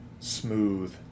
smooth